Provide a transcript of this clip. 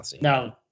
No